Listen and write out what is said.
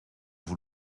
vous